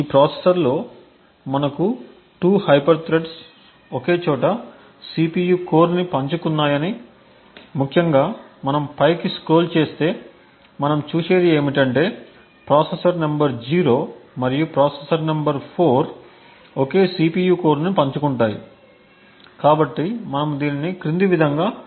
ఈ ప్రాసెసర్లో మనకు 2 హైపర్ థ్రెడ్స్ ఒకే CPU కోర్ను పంచుకున్నాయని ముఖ్యంగా మనం పైకి స్క్రోల్ చేస్తే మనం చూసేది ఏమిటంటే ప్రాసెసర్ నంబర్ 0 మరియు ప్రాసెసర్ నంబర్ 4 ఒకే CPU కోర్ను పంచుకుంటాయి కాబట్టి మనము దీనిని క్రింది విధంగా ధృవీకరించవచ్చు